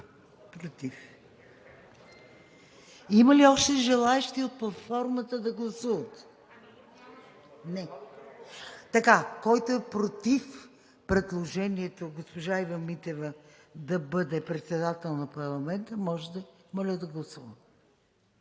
ЗАЙКОВА: Има ли още желаещи от платформата да гласуват? Не. Който е против предложението госпожа Ива Митева да бъде председател на парламента, моля да гласува.